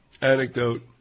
anecdote